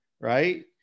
right